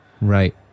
Right